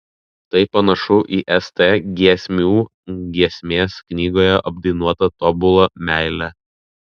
tai panašu į st giesmių giesmės knygoje apdainuotą tobulą meilę